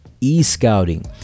e-scouting